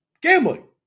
Gambling